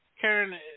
Karen